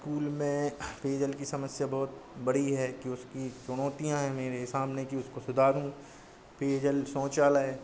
school में पेयजल की समस्या बहुत बड़ी है कि उसकी चुनौतियाँ हैं मेरे सामने कि उसको सुधारूँ पेयजल शौचालय